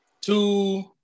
two